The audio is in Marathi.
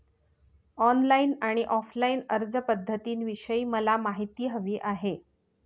ऑनलाईन आणि ऑफलाईन अर्जपध्दतींविषयी मला माहिती हवी आहे